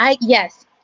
Yes